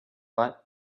but